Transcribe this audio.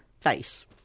face